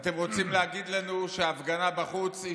אתם רוצים להגיד לנו שההפגנה בחוץ היא